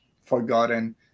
forgotten